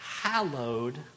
hallowed